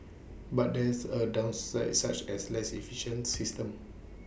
but there are downsides such as less efficient system